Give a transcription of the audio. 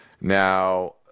Now